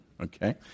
Okay